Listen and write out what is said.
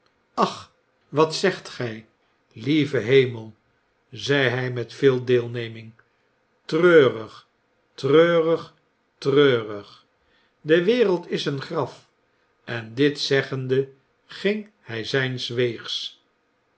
ach wat zegt gij lieve hemel zei hij met veel deelneming treurig treurig treurig de wereld is een graf en dit zeggende ging hjj zyns weegs